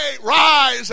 rise